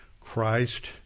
Christ